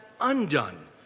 undone